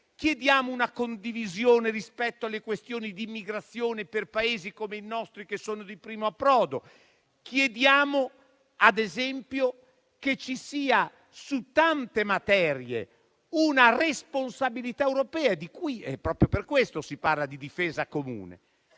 chiediamo una condivisione rispetto alle questioni di immigrazione per Paesi come il nostro, che sono di primo approdo; chiediamo, ad esempio, che su tante materie ci sia una responsabilità europea, proprio per questo si parla di difesa comune.